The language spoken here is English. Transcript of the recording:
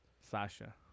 Sasha